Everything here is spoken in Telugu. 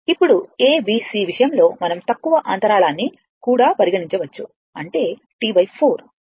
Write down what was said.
ఇప్పుడు abc విషయంలో మనం తక్కువ అంతరాళాన్ని కూడా పరిగణించవచ్చు అంటే T 4